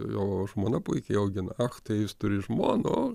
jo žmona puikiai augina ach tai jis turi žmoną o